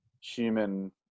human